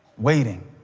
waiting,